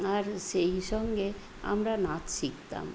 আর সেই সঙ্গে আমরা নাচ শিখতাম